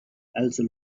also